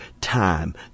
time